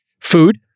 food